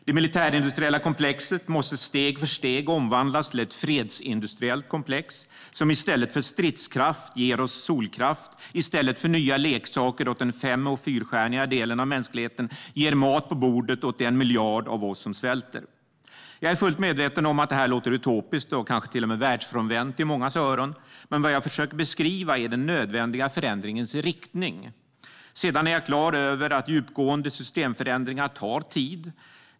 Det militärindustriella komplexet måste steg för steg omvandlas till ett fredsindustriellt komplex som i stället för stridskraft ger oss solkraft och i stället för nya leksaker åt den fem och fyrstjärniga delen av mänskligheten ger mat på bordet åt den miljard av oss som svälter. Jag är fullt medveten om att det här låter utopiskt och kanske till och med världsfrånvänt i mångas öron, men vad jag försöker beskriva är den nödvändiga förändringens riktning. Jag är på det klara med att djupgående systemförändringar tar tid.